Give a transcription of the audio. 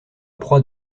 proie